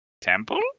temple